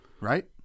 Right